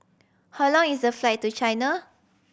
how long is a flight to China